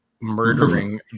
murdering